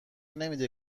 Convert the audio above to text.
نمیده